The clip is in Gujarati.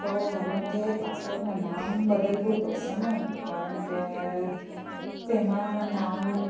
તો હવે મારે પાસપોર્ટમાં નામ બદલવું પડશેને કારણ કે તેમાં નામ